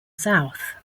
south